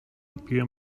piłem